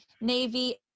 navy